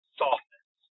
softness